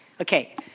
Okay